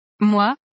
Moi